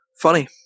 Funny